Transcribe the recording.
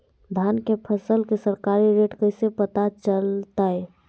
धान के फसल के सरकारी रेट कैसे पता चलताय?